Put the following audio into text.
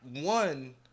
one